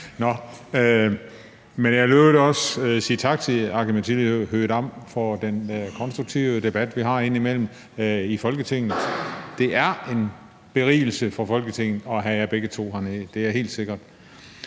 men jeg vil i øvrigt også sige tak Aki-Matilda Høegh-Dam for den konstruktive debat, vi har indimellem, i Folketinget. Det er en berigelse for Folketinget at have begge de to grønlandske